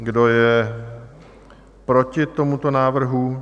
Kdo je proti tomuto návrhu?